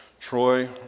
Troy